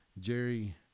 Jerry